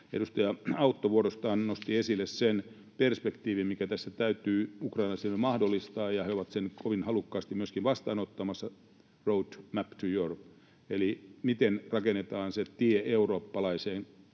Edustaja Autto vuorostaan nosti esille sen perspektiivin, mikä tässä täytyy ukrainalaisille mahdollistaa, ja he ovat sen nyt kovin halukkaasti myöskin vastaanottamassa, road map to Europe, eli miten rakennetaan se tie eurooppalaiseen